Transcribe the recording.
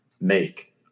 make